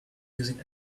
using